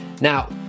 now